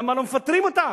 למה לא מפטרים אותם.